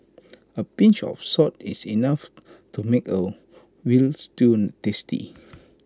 A pinch of salt is enough to make A Veal Stew tasty